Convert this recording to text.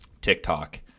TikTok